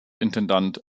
intendant